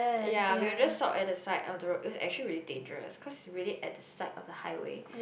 ya we will just stop at the side of the road it was actually really dangerous cause really at the side of the highway